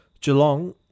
Geelong